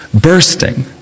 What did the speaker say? bursting